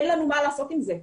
אין לנו מה לעשות עם זה.